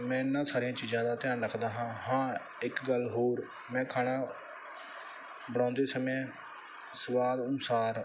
ਮੈਂ ਇਹਨਾਂ ਸਾਰੀਆਂ ਚੀਜ਼ਾਂ ਦਾ ਧਿਆਨ ਰੱਖਦਾ ਹਾਂ ਹਾਂ ਇੱਕ ਗੱਲ ਹੋਰ ਮੈਂ ਖਾਣਾ ਬਣਾਉਂਦੇ ਸਮੇਂ ਸਵਾਦ ਅਨੁਸਾਰ